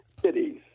cities